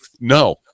No